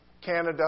Canada